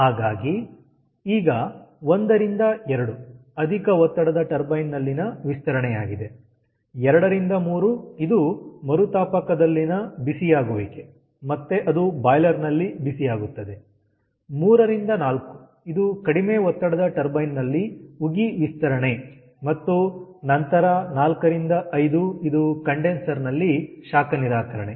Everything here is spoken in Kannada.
ಹಾಗಾಗಿ ಈಗ 1ರಿಂದ 2 ಅಧಿಕ ಒತ್ತಡದ ಟರ್ಬೈನ್ ನಲ್ಲಿನ ವಿಸ್ತರಣೆಯಾಗಿದೆ 2ರಿಂದ 3 ಇದು ಮರುತಾಪಕದನಲ್ಲಿ ಬಿಸಿಯಾಗುವಿಕೆ ಮತ್ತೆ ಇದು ಬಾಯ್ಲರ್ ನಲ್ಲಿ ಬಿಸಿಯಾಗುತ್ತದೆ 3ರಿಂದ 4 ಇದು ಕಡಿಮೆ ಒತ್ತಡದ ಟರ್ಬೈನ್ ನಲ್ಲಿ ಉಗಿ ವಿಸ್ತರಣೆ ಮತ್ತು ನಂತರ 4ರಿಂದ 5 ಇದು ಕಂಡೆನ್ಸರ್ ನಲ್ಲಿ ಶಾಖ ನಿರಾಕರಣೆ